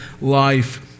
life